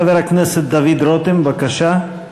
חבר הכנסת דוד רותם, בבקשה.